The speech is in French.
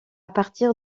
partir